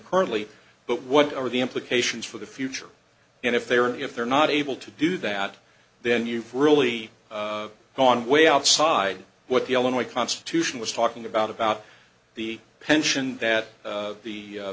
currently but what are the implications for the future and if they are if they're not able to do that then you've really gone way outside what the illinois constitution was talking about about the pension that the